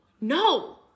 no